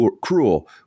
cruel